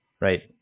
right